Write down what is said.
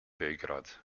belgrad